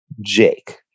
Jake